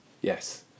yes